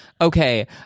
okay